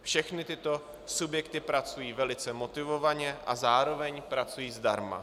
Všechny tyto subjekty pracují velice motivovaně a zároveň pracují zdarma.